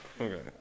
Okay